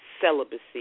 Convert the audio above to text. celibacy